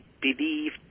believe